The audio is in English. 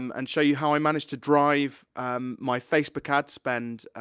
um and show you how i manage to drive my facebook ad spend,